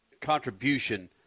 contribution